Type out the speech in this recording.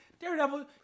Daredevil